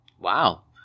Wow